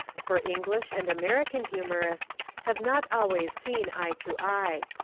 for english and american humourists have not always seen eye to eye.